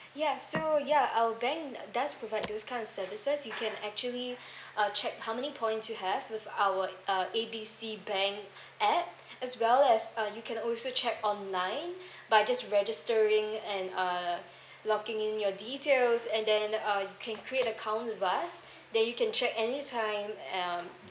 ya so ya our bank does provide those kinds of services you can actually uh check how many points you have with our uh A B C bank app as well as uh you can also check online by just registering and uh logging in your details and then uh you can create account with us then you can check anytime um